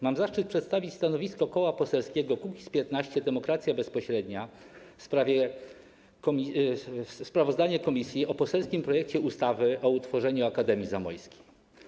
Mam zaszczyt przedstawić stanowisko Koła Poselskiego Kukiz’15 - Demokracja Bezpośrednia w sprawie sprawozdania komisji o poselskim projekcie ustawy o utworzeniu Akademii Zamojskiej.